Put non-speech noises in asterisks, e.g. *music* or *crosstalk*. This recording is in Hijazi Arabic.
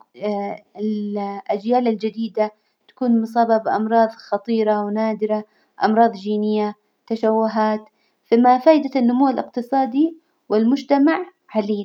*hesitation* الأجيال الجديدة تكون مصابة بأمراض خطيرة ونادرة، أمراض جينية، تشوهات، فما فايدة النمو الإقتصادي والمجتمع حليل؟